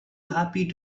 happy